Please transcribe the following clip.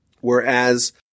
Whereas